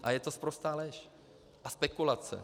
A je to sprostá lež a spekulace.